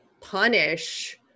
punish